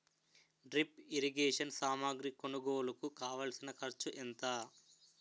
drip irrigation సామాగ్రి కొనుగోలుకు కావాల్సిన ఖర్చు ఎంత